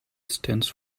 stands